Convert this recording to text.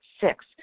Six